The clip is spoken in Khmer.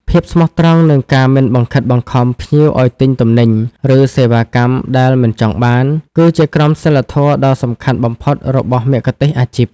ភាពស្មោះត្រង់ និងការមិនបង្ខិតបង្ខំភ្ញៀវឱ្យទិញទំនិញ ឬសេវាកម្មដែលមិនចង់បាន គឺជាក្រមសីលធម៌ដ៏សំខាន់បំផុតរបស់មគ្គុទ្ទេសក៍អាជីព។